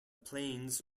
plains